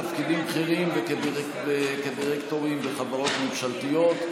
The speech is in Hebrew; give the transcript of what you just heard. נשים בתפקידים בכירים וכדירקטוריונים בחברות ממשלתיות,